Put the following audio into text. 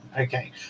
Okay